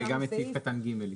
וגם את סעיף קטן (ג).